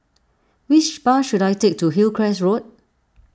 which bus should I take to Hillcrest Road